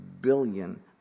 billion